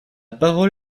parole